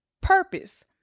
purpose